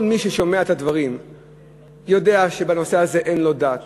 כל מי ששומע את הדברים יודע שבנושא הזה אין לא דת